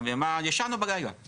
ישנו בלילה.